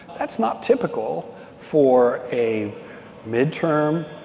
that's not typical for a midterm,